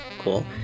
Cool